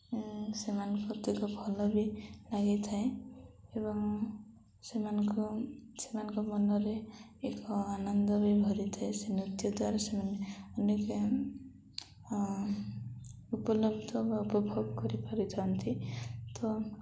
ସେମାନଙ୍କୁ କତିକି ଭଲ ବି ଲାଗିଥାଏ ଏବଂ ସେମାନଙ୍କ ସେମାନଙ୍କ ମନରେ ଏକ ଆନନ୍ଦ ବି ଭରିଥାଏ ସେ ନୃତ୍ୟ ଦ୍ୱାରା ସେମାନେ ଅନେକ ଉପଲବ୍ଧ ବା ଉପଭୋଗ କରିପାରିଥାନ୍ତି ତ